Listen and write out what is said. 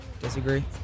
Disagree